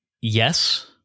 yes